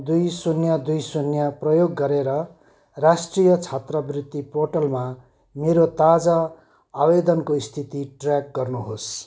दुई शून्य दुई शून्य प्रयोग गरेर राष्ट्रिय छात्रवृत्ति पोर्टलमा मेरो ताजा आवेदनको स्थिति ट्र्याक गर्नुहोस्